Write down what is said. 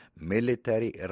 Military